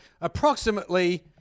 approximately